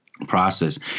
process